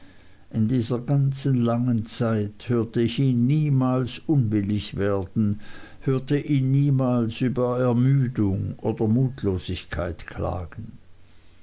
in dieser ganzen langen zeit hörte ich ihn niemals unwillig werden hörte ihn niemals über ermüdung oder mutlosigkeit klagen